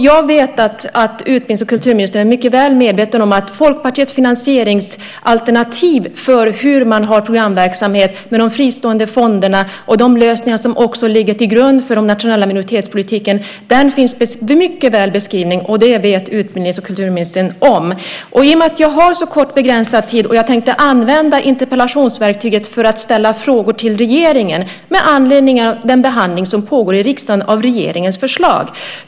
Jag vet alltså att utbildnings och kulturministern är mycket väl medveten om att Folkpartiets finansieringsalternativ för hur man har programverksamhet med de fristående fonderna och de lösningar som också ligger till grund för den nationella minoritetspolitiken finns mycket väl beskrivet. I och med att jag har så kort, begränsad tid tänkte jag använda interpellationsverktyget för att ställa frågor till regeringen med anledning av den behandling som pågår i riksdagen av regeringens förslag.